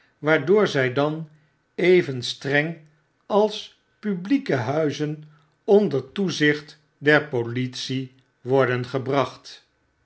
waardoor zy dan even streng als publieke huizen onder toezicht der politie worden gebracht